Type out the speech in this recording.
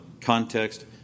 context